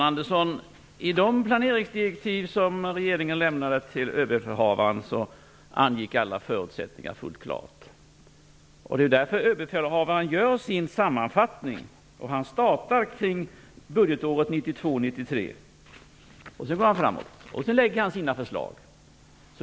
Herr talman! I de planeringsdirektiv som regeringen lämnade till Överbefälhavaren framgick alla förutsättningar fullt klart. Det är därför Överbefälhavaren gör sin sammanfattning. Han startar kring budgetåret 1992/93, och sedan går han framåt. Sedan lägger han fram sina förslag.